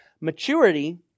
Maturity